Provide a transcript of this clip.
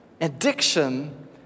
Addiction